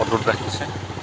অটুট ৰাখিছে